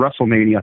WrestleMania